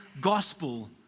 gospel